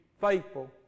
faithful